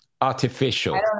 artificial